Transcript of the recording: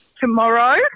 tomorrow